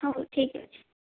ହେଉ ଠିକ ଅଛି